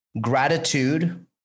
Gratitude